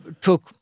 took